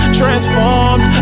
transformed